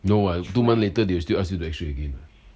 no [what] two month later they'll ask you to x-ray again